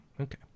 Okay